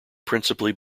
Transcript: principally